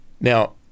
Now